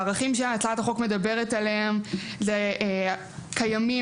הערכים שהצעת החוק מדברת עליהם קיימים